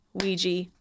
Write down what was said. Ouija